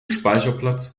speicherplatz